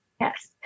Yes